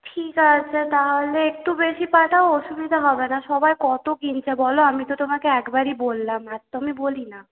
ঠিক আছে তাহলে একটু বেশি পাঠাও অসুবিধা হবে না সবাই কত কিনছে বলো আমি তো তোমাকে একবারই বললাম আর তো আমি বলি না